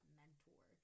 mentor